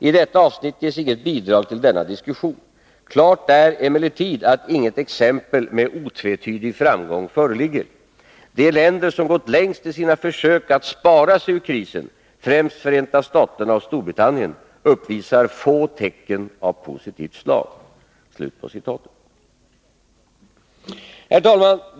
I detta avsnitt ges inget bidrag till denna diskussion. Klart är emellertid att inget exempel med otvetydig framgång föreligger. De länder som gått längst i sina försök att spara sig ur krisen, främst Förenta Staterna och Storbritannien, uppvisar få tecken av positivt slag.” Herr talman!